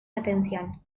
atención